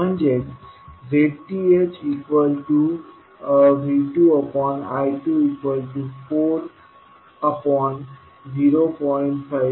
म्हणजेच ZThV2I240